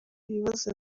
ibibazo